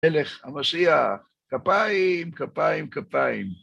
מלך המשיח, כפיים, כפיים, כפיים.